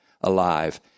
alive